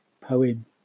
poem